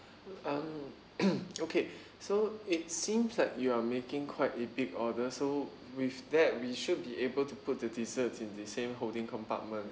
um okay so it seems like you are making quite a big order so with that we should be able to put the dessert in the same holding compartment